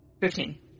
Fifteen